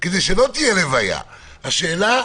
שאלה שנייה,